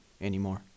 anymore